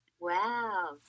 Wow